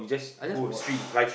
I just watch